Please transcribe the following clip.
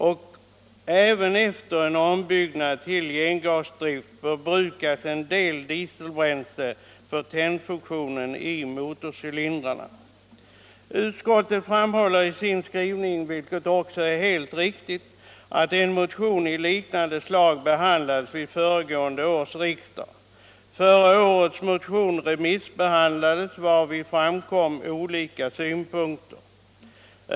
Och även efter ombyggnad till gengasdrift förbrukas en del dieselbränsle för tändfunktionen i motorcylindrarna. Utskottet framhåller i sin skrivning, vilket också är helt riktigt, att en motion av liknande slag behandlades vid föregående års riksdag. Förra årets motion remissbehandlades, varvid olika synpunkter framkom.